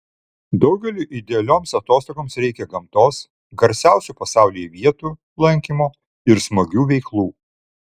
daugeliui idealioms atostogoms reikia gamtos garsiausių pasaulyje vietų lankymo ir smagių veiklų